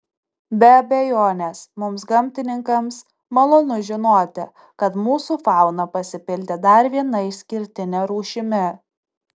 be abejonės mums gamtininkams malonu žinoti kad mūsų fauna pasipildė dar viena išskirtine rūšimi